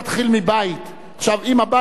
כי אני תמה איך אותה לשכה משפטית מוציאה יום קודם,